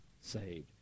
saved